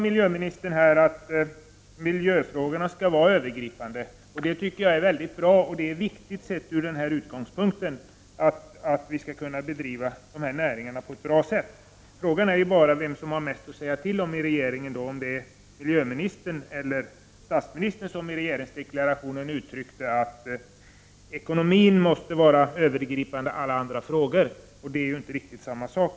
Miljöministern sade att miljöfrågorna skall vara övergripande. Det är bra, och det är från den här utgångspunkten viktigt att vi kan bedriva dessa näringar på ett bra sätt. Frågan är bara vem som har mest att säga till om i regeringen, miljöministern eller statsministern. Statsministern uttryckte i regeringsdeklarationen att ekonomin måste vara övergripande över alla andra frågor. Det är inte riktigt samma sak.